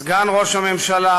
סגן ראש הממשלה,